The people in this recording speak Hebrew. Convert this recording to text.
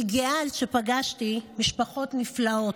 אני גאה על שפגשתי משפחות נפלאות,